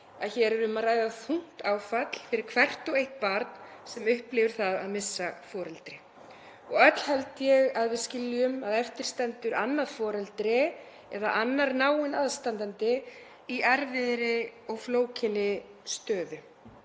hér er um að ræða þungt áfall fyrir hvert og eitt barn sem upplifir það að missa foreldri. Öll held ég að við skiljum að eftir stendur annað foreldri eða annar náinn aðstandandi í erfiðri og flókinni stöðu.